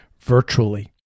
virtually